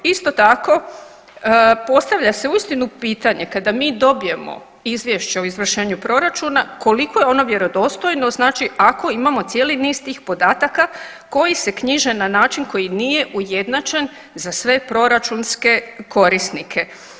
Isto tako postavlja se uistinu pitanje kada mi dobijemo izvješće o izvršenju proračuna koliko je ono vjerodostojno, znači ako imamo cijeli niz tih podataka koji se knjiže na način koji nije ujednačen za sve proračunske korisnike.